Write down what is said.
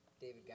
David